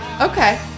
Okay